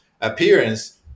appearance